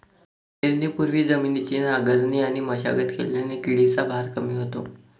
पेरणीपूर्वी जमिनीची नांगरणी आणि मशागत केल्याने किडीचा भार कमी होतो